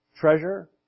treasure